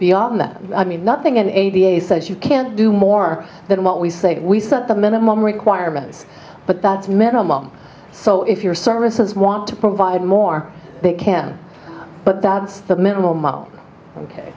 beyond that i mean nothing in a da says you can't do more than what we say we set the minimum requirement but that's minimum so if your services want to provide more they can but that's the minimum